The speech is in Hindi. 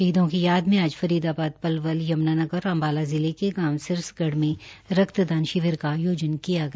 शहीदों की याद में आज फरीदाबाद पलवल यम्नानगर और अम्बाला जिले के गांव सिरसगढ़ में रक्तदान शिविर का आयोजन किया गया